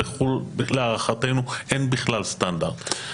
סטנדרט, בחו"ל, להערכתנו, אין בכלל סטנדרט.